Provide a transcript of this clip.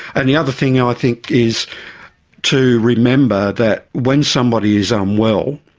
and the other thing i think is to remember that when somebody is um unwell,